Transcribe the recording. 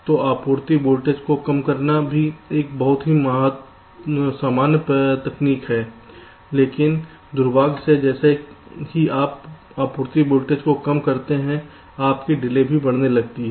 तो आपूर्ति वोल्टेज को कम करना भी एक बहुत ही सामान्य तकनीक है लेकिन दुर्भाग्य से जैसे ही आप आपूर्ति वोल्टेज को कम करते हैं आपकी डिले भी बढ़ने लगती है